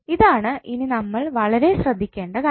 ഇതാണ് ഇനി നമ്മൾ വളരെ ശ്രദ്ധിക്കേണ്ട കാര്യം